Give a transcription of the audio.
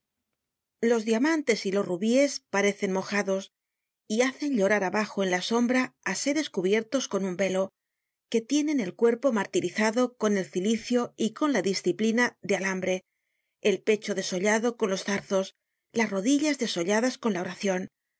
los diamantes y los rubíes parecen mojados y hacen llorar abajo en la sombra á seres cubiertos con un velo que tienen el cuerpo martirizado con el cilicio y con la disciplina de alambre el pecho desollado con los zarzos las rodillas desolladas con la oracion